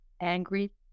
angry